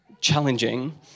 challenging